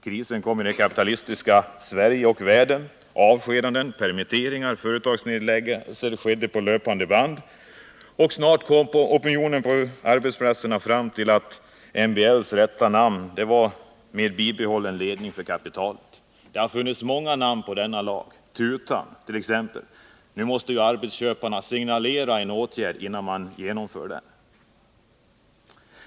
Kriser kom i det kapitalistiska Sverige och världen, avskedanden, permitteringar, företagsnedläggelser skedde på löpande band, och snart kom opinionen på arbetsplatserna fram till att MBL:s rätta namn var Med bibehållen ledning för kapitalet. Det har funnits många namn på denna lag, Tutan t.ex. — Nu måste ju arbetsköparna signalera en åtgärd innan den vidtas.